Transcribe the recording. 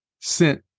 sent